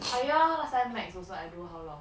choir max I also do how long